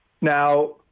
Now